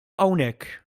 hawnhekk